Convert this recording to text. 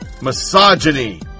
misogyny